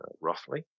roughly